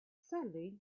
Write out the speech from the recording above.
sadly